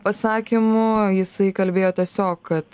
pasakymu jisai kalbėjo tiesiog kad